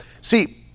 See